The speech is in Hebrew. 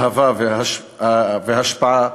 אהבה והשפעה,